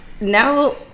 now